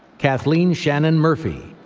kathleen shannon murphy.